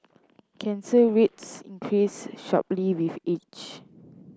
cancer rates increase sharply with age